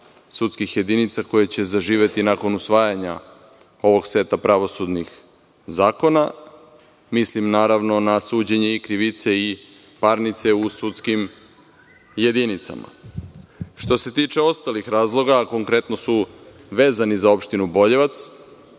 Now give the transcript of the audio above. sudskih jedinica koje će zaživeti nakon usvajanja ovog seta pravosudnih zakona. Mislim naravno na suđenje i krivice i parnice u sudskim jedinicama. Što se tiče ostalih razloga, a konkretno su vezani za opštinu Boljevac,